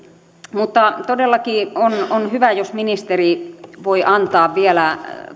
todellakin on on hyvä jos ministeri voi antaa vielä